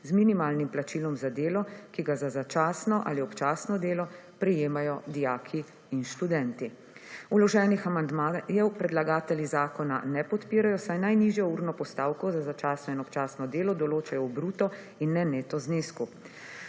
z minimalnim plačilom za delo, ki ga za začasno ali občasno delo prejemajo dijaki in študenti. Vloženih amandmajev predlagatelji zakona ne podpirajo, saj najnižjo urno postavko za začasno in občasno delo določajo v bruto in ne neto znesku.